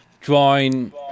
drawing